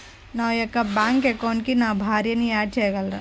నా యొక్క బ్యాంక్ అకౌంట్కి నా భార్యని యాడ్ చేయగలరా?